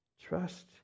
Trust